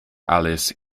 alice